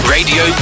Radio